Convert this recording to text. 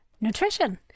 nutrition